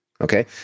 Okay